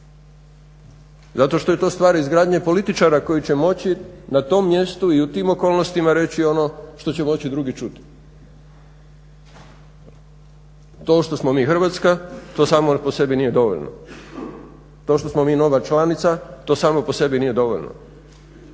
zato što je stvar izgradnje političara koji će moći na tom mjestu i u tim okolnostima reći ono što će moći drugi čuti. To što smo mi Hrvatska to samo po sebi nije dovoljno, to što smo mi nova članica, to samo po sebi nije dovoljno.